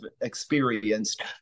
experienced